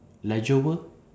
leisure world